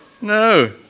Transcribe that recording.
No